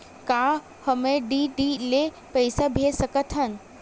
का हम डी.डी ले पईसा भेज सकत हन?